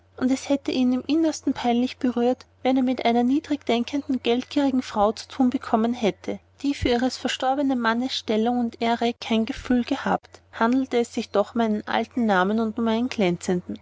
und es hätte ihn im innersten peinlich berührt wenn er mit einer niedrig denkenden geldgierigen frau zu thun bekommen hätte die für ihres verstorbenen mannes stellung und ehre kein gefühl gehabt handelte es sich doch um einen alten namen und um einen glänzenden